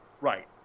Right